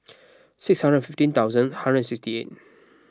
six hundred and fifteen thousand hundred and sixty eight